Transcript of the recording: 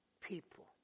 people